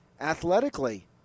athletically